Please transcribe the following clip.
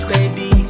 Baby